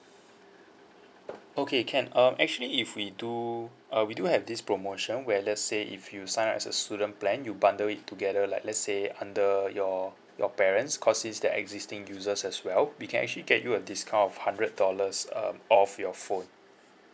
okay can um actually if we do uh we do have this promotion where let's say if you sign up as a student plan you bundle it together like let's say under your your parents cause this the existing users as well we can actually get you a discount of hundred dollars um off your phone